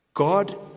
God